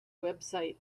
website